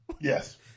Yes